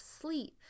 sleep